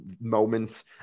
moment